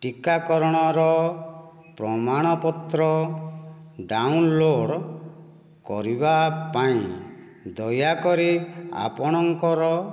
ଟିକାକରଣର ପ୍ରମାଣପତ୍ର ଡାଉନଲୋଡ଼୍ କରିବା ପାଇଁ ଦୟାକରି ଆପଣଙ୍କର